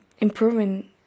improving